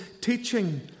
teaching